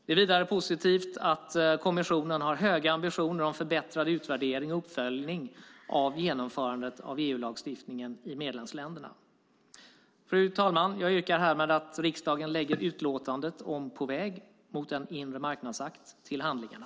Det är vidare positivt att kommissionen har höga ambitioner om förbättrad utvärdering och uppföljning av genomförandet av EU-lagstiftningen i medlemsländerna. Fru talman! Jag yrkar härmed på att riksdagen lägger utlåtandet På väg mot en inre marknadsakt till handlingarna.